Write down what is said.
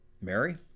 Mary